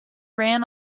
ran